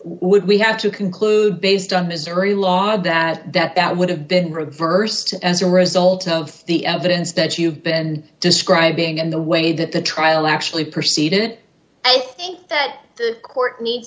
prejudice we have to conclude based on missouri law that that that would have been reversed as a result of the evidence that you've been describing and the way that the trial actually proceeded